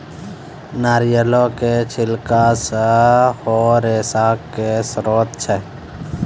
नारियलो के छिलका सेहो रेशा के स्त्रोत छै